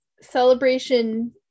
celebration